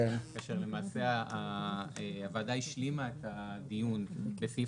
למעשה הוועדה השלימה את הדיון בסעיף